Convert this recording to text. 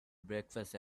breakfast